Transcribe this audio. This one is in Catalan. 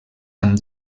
amb